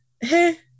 hey